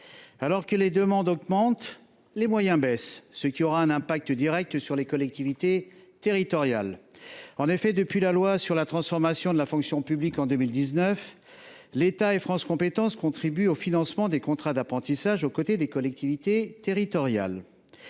Alors que les demandes augmentent, les moyens baissent, ce qui aura un impact direct sur les collectivités territoriales. En effet, depuis la loi de 2019 de transformation de la fonction publique, l’État et France Compétences contribuent au financement des contrats d’apprentissage, aux côtés des collectivités territoriales.